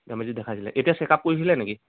দেখাইছিলে এতিয়া check up কৰিছিলে নেকি